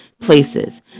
places